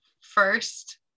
first